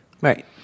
right